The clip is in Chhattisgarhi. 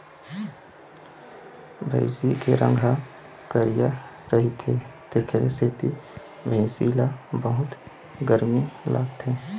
भइसी के रंग ह करिया रहिथे तेखरे सेती भइसी ल बहुत गरमी लागथे